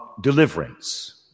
deliverance